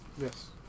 Yes